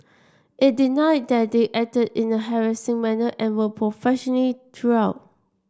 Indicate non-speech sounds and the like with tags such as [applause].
it denied that they acted in a harassing manner and were [unintelligible] throughout